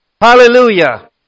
Hallelujah